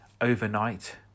overnight